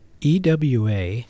EWA